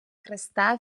хреста